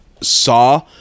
saw